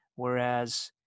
Whereas